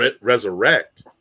resurrect